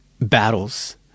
battles